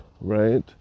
right